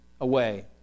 away